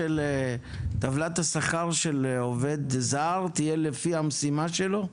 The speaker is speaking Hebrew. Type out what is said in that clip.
טבלת השכר של עובד זר תהיה לפי המשימה שלו?